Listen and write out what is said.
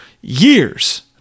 years